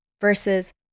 versus